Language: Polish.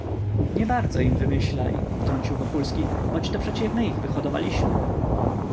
tandecie niebardzo im wymyślaj wtrącił wokulski boćto przecie my ich wyhodowaliśmy